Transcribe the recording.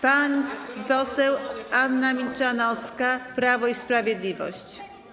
Pani poseł Anna Milczanowska, Prawo i Sprawiedliwość.